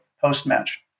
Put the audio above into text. post-match